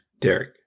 Derek